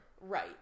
right